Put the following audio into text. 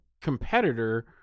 competitor